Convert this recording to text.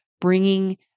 bringing